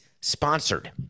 sponsored